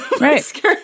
Right